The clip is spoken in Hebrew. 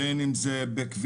בין אם זה בכביש,